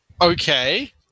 Okay